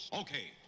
okay